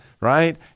right